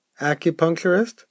acupuncturist